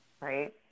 right